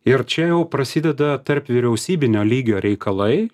ir čia jau prasideda tarpvyriausybinio lygio reikalai